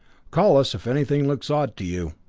call us if anything looks odd to you.